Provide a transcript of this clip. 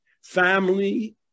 family